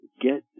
get